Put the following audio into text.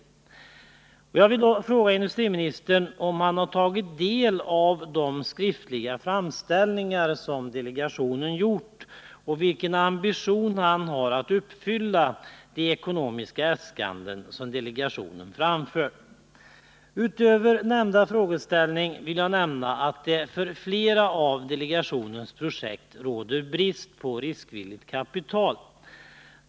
Om sysselsätt Jag vill då fråga industriministern om han tagit del av de skriftliga ningen i Värmlands framställningar som delegationen gjort och vilken ambition han har att — län tillgodose de ekonomiska äskanden som delegationen framfört. Därutöver vill jag nämna att det för flera av delegationens projekt råder brist på riskvilligt kapital.